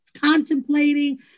contemplating